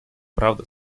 правда